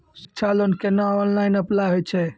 शिक्षा लोन केना online apply होय छै?